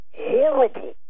horrible